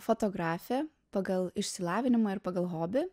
fotografė pagal išsilavinimą ir pagal hobį